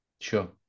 Sure